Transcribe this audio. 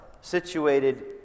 situated